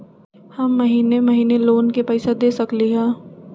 हम महिने महिने लोन के पैसा दे सकली ह?